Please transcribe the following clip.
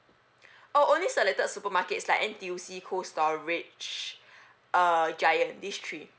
oh only selected supermarkets like N_T_U_C cold storage uh giant these three